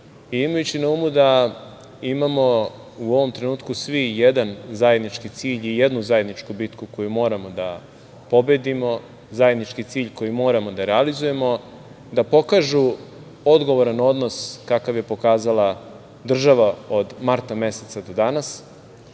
imajući na umu da imamo u ovom trenutku svi jedan zajednički cilj i jednu zajedničku bitku koju moramo da pobedimo, zajednički cilj koji moramo da realizujemo, da pokažu odgovoran odnos kakav je pokazala država od marta meseca do danas,